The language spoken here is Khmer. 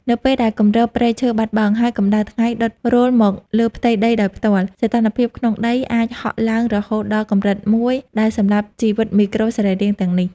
នៅពេលដែលគម្របព្រៃឈើបាត់បង់ ហើយកម្ដៅថ្ងៃដុតរោលមកលើផ្ទៃដីដោយផ្ទាល់ សីតុណ្ហភាពក្នុងដីអាចហក់ឡើងរហូតដល់កម្រិតមួយដែលសម្លាប់ជីវិតមីក្រូសរីរាង្គទាំងនេះ។